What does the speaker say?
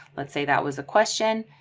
let's say that was a question.